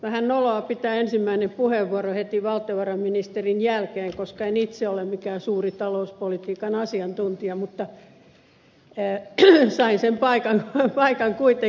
vähän noloa pitää ensimmäinen puheenvuoro heti valtiovarainministerin jälkeen koska en itse ole mikään suuri talouspolitiikan asiantuntija mutta sain sen paikan kuitenkin